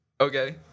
Okay